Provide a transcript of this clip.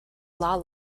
law